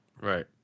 Right